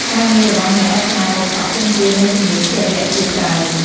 ការងាររបស់អ្នករចនាម៉ូដសក់ទាមទារនូវជំនាញជាក់លាក់ជាច្រើន។